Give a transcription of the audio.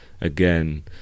again